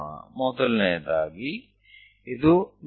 ચાલો આપણે તે કરીએ